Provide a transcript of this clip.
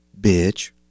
bitch